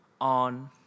on